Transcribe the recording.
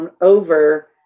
over